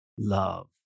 love